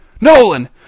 Nolan